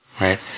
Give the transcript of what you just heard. right